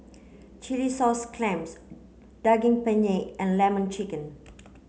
Chilli sauce clams Daging Penyet and lemon chicken